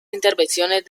intervenciones